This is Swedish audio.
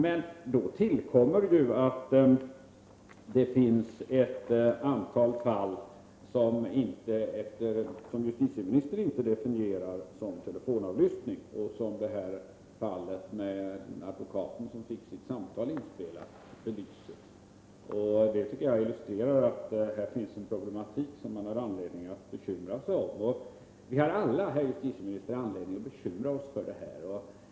Men då tillkommer att det finns ett antal fall som justitieministern inte definierar som telefonavlyssning, vilket fallet med advokaten som fick sitt samtal inspelat belyser. Detta tycker jag illustrerar att här finns en problematik som man har anledning att bekymra sig över. Vi har alla, herr justitieminister, anledning att bekymra oss för detta.